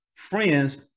Friends